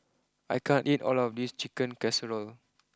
I can't eat all of this Chicken Casserole